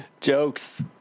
Jokes